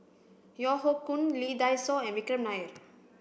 Yeo Hoe Koon Lee Dai Soh and Vikram Nair